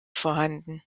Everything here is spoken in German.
vorhanden